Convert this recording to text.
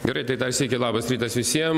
gerai tai dar sykį labas rytas visiem